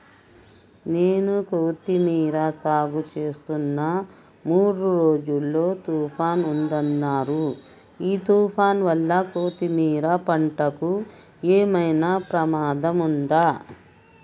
నేను కొత్తిమీర సాగుచేస్తున్న మూడు రోజులు తుఫాన్ ఉందన్నరు ఈ తుఫాన్ వల్ల కొత్తిమీర పంటకు ఏమైనా ప్రమాదం ఉందా?